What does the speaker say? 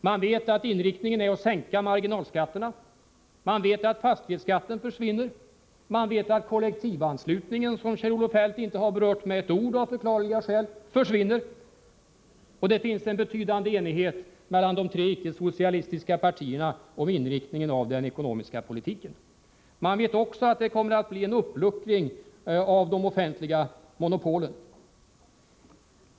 Man vet att inriktningen är att sänka marginalskatterna. Man vet att fastighetsskatten försvinner. Man vet att kollektivanslutningen, som Kjell Olof Feldt av förklarliga skäl inte har berört med ett ord, försvinner. Man vet att det finns en betydande enighet mellan de tre icke-socialistiska partierna om inriktningen av den ekonomiska politiken. Man vet också att det kommer att bli en uppluckring av de offentliga monopolen.